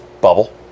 bubble